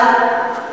אבל,